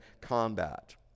combat